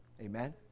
Amen